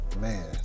Man